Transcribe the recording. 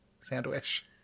Sandwich